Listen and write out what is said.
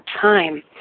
time